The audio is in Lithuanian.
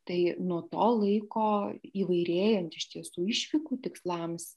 tai nuo to laiko įvairėjant iš tiesų išvykų tikslams